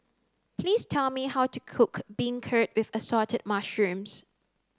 please tell me how to cook beancurd with assorted mushrooms